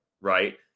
right